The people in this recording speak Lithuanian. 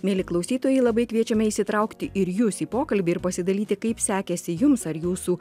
mieli klausytojai labai kviečiame įsitraukti ir jus į pokalbį ir pasidalyti kaip sekėsi jums ar jūsų